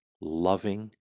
loving